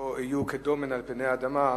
ושלא יהיו כדומן על פני האדמה,